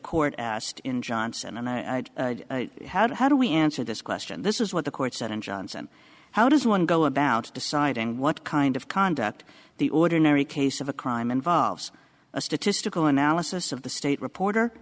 court asked in johnson and i had how do we answer this question this is what the court said in johnson how does one go about deciding what kind of conduct the ordinary case of a crime involves a statistical analysis of the state reporter